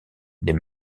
des